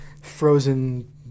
frozen